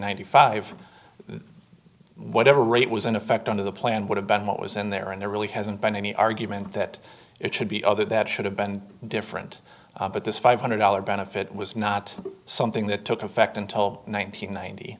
hundred five whatever rate was in effect under the plan would have been what was in there and there really hasn't been any argument that it should be other that should have been different but this five hundred dollars benefit was not something that took effect until one nine